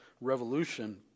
revolution